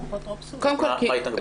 מה ההתנגדות?